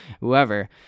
whoever